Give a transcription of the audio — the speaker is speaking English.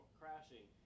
crashing